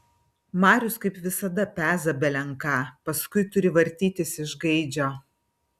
marius kaip visada peza belen ką paskui turi vartytis iš gaidžio